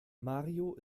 mario